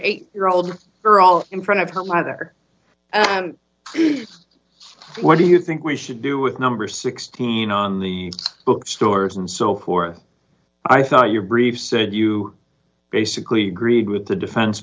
eight year old girl in front of her mother what do you think we should do with number sixteen on the bookstores and so forth i thought your brief said you basically agreed with the defense